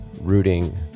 rooting